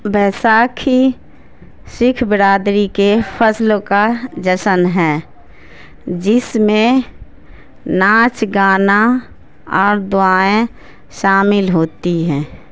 بیساکھی سکھ برادری کے فصلوں کا جشن ہے جس میں ناچ گانا اور دعائیں شامل ہوتی ہیں